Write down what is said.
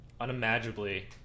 unimaginably